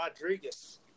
Rodriguez